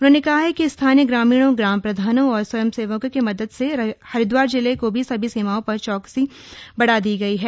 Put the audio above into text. उन्होंने बताया कि स्थानीय ग्रामीणों ग्राम प्रधानों और स्वयं सेवकों के मदद से हरिद्वार जिले की सभी सीमाओं पर चैकसी बढ़ा दी गई है